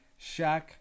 Shaq